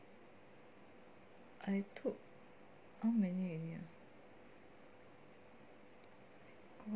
I took how many already ah